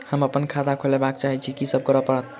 हम अप्पन खाता खोलब चाहै छी की सब करऽ पड़त?